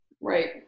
Right